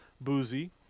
Boozy